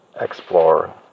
Explore